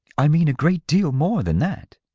i mean a great deal more than that.